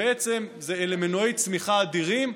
בעצם אלה מנועי צמיחה אדירים,